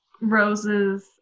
rose's